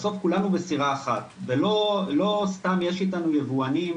בסוף כולנו בסירה אחת ולא סתם יש איתנו יבואנים,